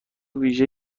ویژه